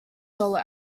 solo